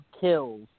kills